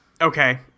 Okay